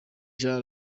jean